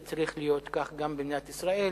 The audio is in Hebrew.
זה צריך להיות כך גם במדינת ישראל,